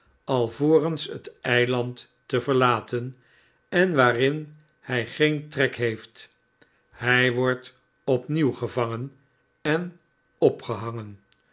het eiland te verlaten en waarin hg geen trek heeft hg wordt opnieuw gevangen en opgehangen